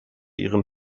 ihren